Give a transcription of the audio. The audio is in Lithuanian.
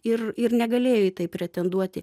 ir ir negalėjo į tai pretenduoti